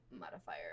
modifier